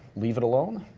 leave it alone,